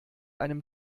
einem